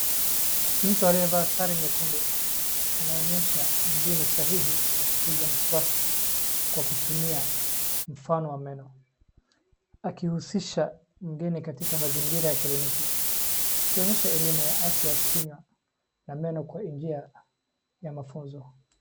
Mtu aliyevaa sare nyekundu anaonyesha mbinu sahihi ya kupiga mswaki kwa kutumia mfano wa meno. Akihusisha mgeni katika mazingira ya kliniki, akionyesha elimu ya afya ya kinywa na meno kwa njia ya mafunzo.